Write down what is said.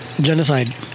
Genocide